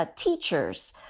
ah teachers.